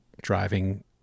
driving